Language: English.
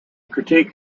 critique